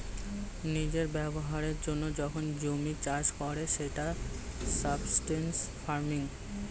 নিজের ব্যবহারের জন্য যখন জমি চাষ করে সেটা সাবসিস্টেন্স ফার্মিং